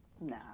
Nah